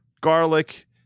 garlic